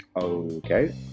okay